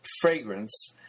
fragrance